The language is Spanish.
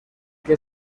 que